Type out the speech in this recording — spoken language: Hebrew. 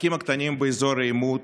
העסקים הקטנים באזור העימות,